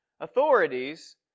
authorities